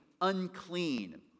unclean